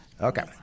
okay